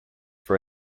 for